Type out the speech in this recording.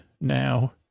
now